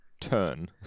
turn